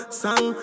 song